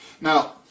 Now